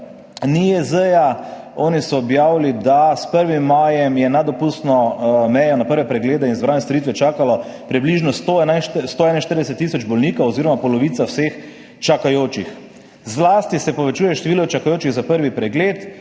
iz NIJZ. Oni so objavili, da je s 1. majem nad dopustno mejo na prve preglede in izbrane storitve čakalo približno 141 tisoč bolnikov oziroma polovica vseh čakajočih. Zlasti se povečuje število čakajočih za prvi pregled